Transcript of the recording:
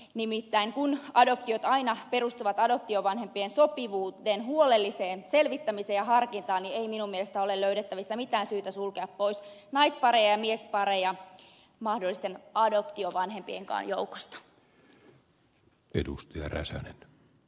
nimittäin kun adoptiot aina perustuvat adoptiovanhempien sopivuuteen huolelliseen selvittämiseen ja harkintaan niin ei minun mielestäni ole löydettävissä mitään syytä sulkea pois naispareja ja miespareja mahdollisten adoptiovanhempienkaan joukosta